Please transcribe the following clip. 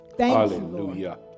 Hallelujah